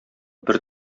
бер